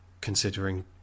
considering